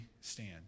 stand